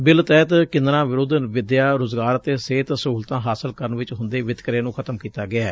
bill ਤਹਿਤ ਕਿੰਨਰਾਂ ਵਿਰੁੱਧ ਵਿਦਿਆ ਰੁਜ਼ਗਾਰ ਅਤੇ ਸਿਹਤ ਸਹੁਲਤਾਂ ਹਾਸਲ ਕਰਨ ਚ ਹੁੰਦੇ ਵਿਤਕਰੇ ਨੂੰ ਖਤਮ ਕੀਤਾ ਗਿਐ